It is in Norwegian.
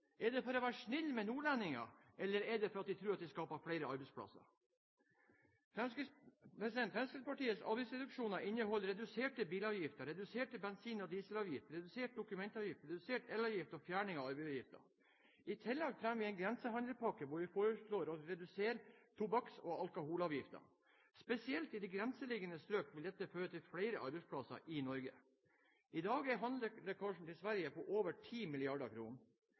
Er det for å være snill med nordlendinger, eller er det fordi de tror at det skaper flere arbeidsplasser? Fremskrittspartiets avgiftsreduksjoner inneholder reduserte bilavgifter, redusert bensin- og dieselavgift, redusert dokumentavgift, redusert elavgift og fjerning av arveavgiften. I tillegg fremmer vi en grensehandelspakke hvor vi foreslår å redusere tobakks- og alkoholavgiftene. Spesielt i de grenseliggende strøkene vil dette føre til flere arbeidsplasser i Norge. I dag er handelslekkasjen til Sverige på over